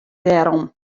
dêrom